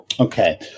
Okay